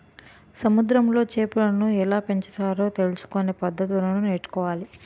సముద్రములో చేపలను ఎలాపెంచాలో తెలుసుకొనే పద్దతులను నేర్చుకోవాలి